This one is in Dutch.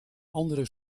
andere